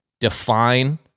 define